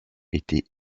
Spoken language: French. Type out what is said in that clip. étaient